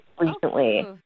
recently